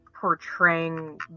portraying